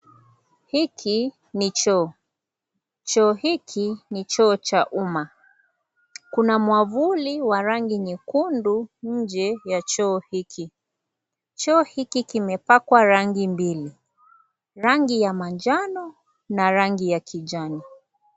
Hiki ni choo. Choo hiki, ni choo cha umma. Kuna mwavuli wa rangi nyekundu nje ya choo hiki. Choo hiki, kimepakwa rangi mbili. Rangi ya manjano na rangi ya kijani.